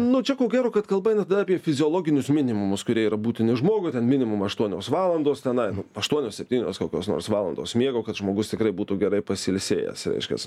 nu čia gero kad kalba eina tada apie fiziologinius minimumus kurie yra būtini žmogui ten minimum aštuonios valandos tenai aštuonios septynios kokios nors valandos miego kad žmogus tikrai būtų gerai pasiilsėjęs reiškias